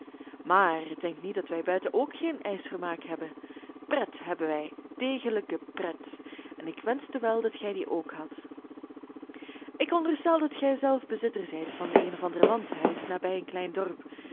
maar denkt niet dat wij buiten ook geen ijsvermaak hebben pret hebben wij degelijke pret en ik wenschte wel dat gij die ook hadt ik onderstel dat gij zelf bezitter zijt van een of ander landhuis nabij een klein dorp